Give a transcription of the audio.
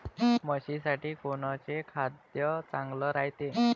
म्हशीसाठी कोनचे खाद्य चांगलं रायते?